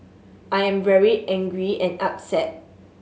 I am very angry and upset